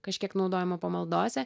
kažkiek naudojama pamaldose